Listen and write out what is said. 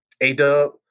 A-Dub